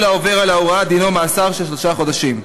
כל העובר על ההוראה, דינו מאסר של שלושה חודשים.